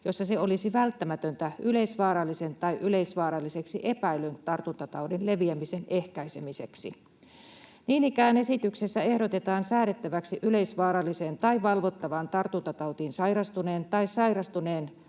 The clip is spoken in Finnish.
jossa se olisi välttämätöntä yleisvaarallisen tai yleisvaaralliseksi epäillyn tartuntataudin leviämisen ehkäisemiseksi. Niin ikään esityksessä ehdotetaan säädettäväksi yleisvaaralliseen tai valvottavaan tartuntatautiin sairastuneen tai sairastuneeksi